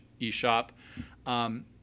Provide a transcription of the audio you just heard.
eShop